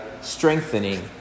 strengthening